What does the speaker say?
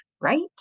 right